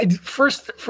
first